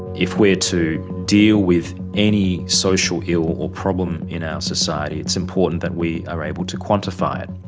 if we are to deal with any social ill or problem in our society it's important that we are able to quantify it.